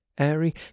airy